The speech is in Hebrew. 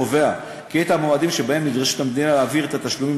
קובע את המועדים שבהם נדרשת המדינה להעביר את התשלומים,